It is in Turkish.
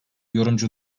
yorumcu